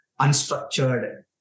unstructured